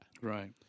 Right